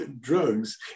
drugs